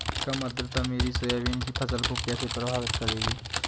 कम आर्द्रता मेरी सोयाबीन की फसल को कैसे प्रभावित करेगी?